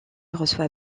reçoit